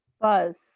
buzz